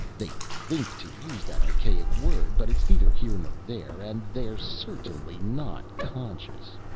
they think, to use that archaic word, but it's neither here nor there. and they're certainly not conscious.